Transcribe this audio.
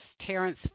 Terrence